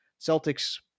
Celtics